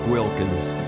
Wilkins